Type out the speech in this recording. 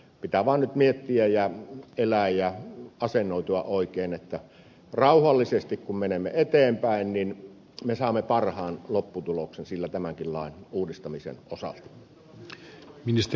pitää vaan nyt miettiä ja elää ja asennoitua oikein että rauhallisesti kun menemme eteenpäin niin me saamme sillä parhaan lopputuloksen tämänkin lain uudistamisen osalta